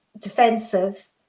Defensive